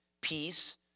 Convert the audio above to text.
Peace